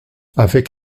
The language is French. avec